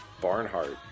Barnhart